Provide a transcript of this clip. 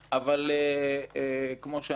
אבל כאמור,